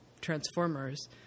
Transformers